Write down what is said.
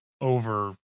over